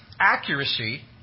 accuracy